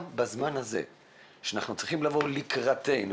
בזמן הזה שאנחנו צריכים שיבואו לקראתנו,